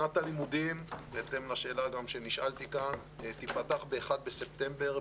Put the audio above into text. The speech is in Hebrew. שנת הלימודים בהתאם לשאלה שנשאלתי כאן תיפתח ב-1 בספטמבר,